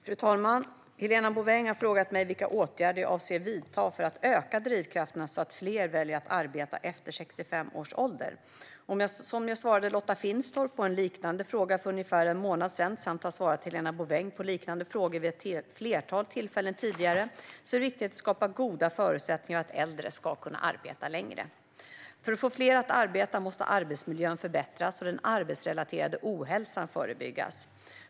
Fru talman! Helena Bouveng har frågat mig vilka åtgärder jag avser att vidta för att öka drivkrafterna så att fler väljer att arbeta efter 65 års ålder. Som jag svarade Lotta Finstorp på en liknande fråga för ungefär en månad sedan samt har svarat Helena Bouveng på liknande frågor vid ett flertal tidigare tillfällen är det viktigt att skapa goda förutsättningar för äldre att arbeta längre. För att få fler äldre att arbeta måste arbetsmiljön förbättras och den arbetsrelaterade ohälsan förebyggas.